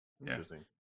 interesting